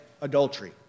adultery